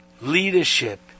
leadership